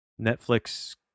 netflix